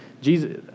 Jesus